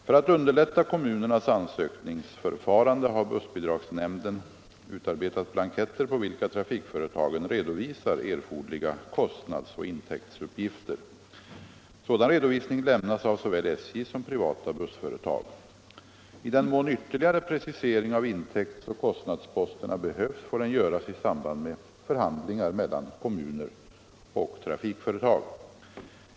För att underlätta kommunernas ansökningsförfarande har bussbidragsnämnden utarbetat blanketter på vilka trafikföretagen redovisar erforderliga kostnadsoch intäktsuppgifter. Sådan redovisning lämnas av såväl SJ som privata bussföretag. I den mån ytterligare precisering av intäktsoch kostnadsposterna behövs får den göras i samband med förhandlingar mellan kommuner och trafikföretag.